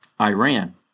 Iran